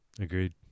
Agreed